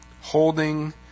holding